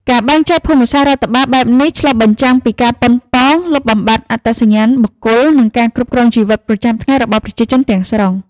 ការបែងចែកភូមិសាស្ត្ររដ្ឋបាលបែបនេះឆ្លុះបញ្ចាំងពីការប៉ុនប៉ងលុបបំបាត់អត្តសញ្ញាណបុគ្គល និងការគ្រប់គ្រងជីវិតប្រចាំថ្ងៃរបស់ប្រជាជនទាំងស្រុង។